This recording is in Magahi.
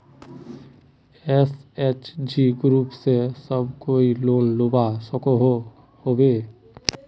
एस.एच.जी ग्रूप से सब कोई लोन लुबा सकोहो होबे?